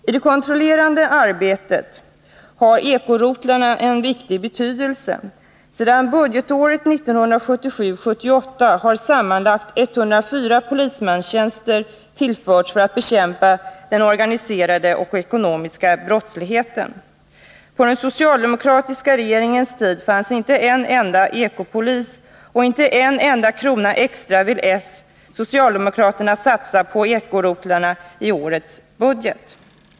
I det kontrollerande arbetet har eko-rotlarna en stor betydelse. Sedan budgetåret 1977/78 har sammanlagt 104 polismanstjänster tillförts för att bekämpa den organiserade och ekonomiska brottsligheten. På den socialdemokratiska regeringens tid fanns inte en enda eko-polis, och inte en enda krona extra ville socialdemokraterna satsa på eko-rotlarna i årets budget.